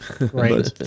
Right